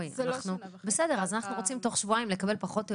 אנחנו רוצים תוך שבועיים לקבל פחות או